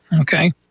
Okay